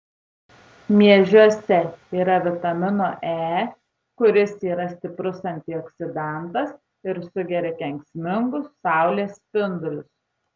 miežiuose yra vitamino e kuris yra stiprus antioksidantas ir sugeria kenksmingus saulės spindulius